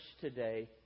today